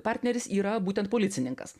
partneris yra būtent policininkas